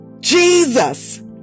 Jesus